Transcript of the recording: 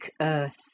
earth